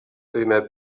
primer